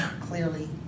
clearly